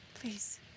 Please